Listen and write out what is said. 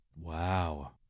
Wow